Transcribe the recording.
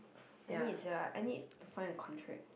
I need sia I need to find the contract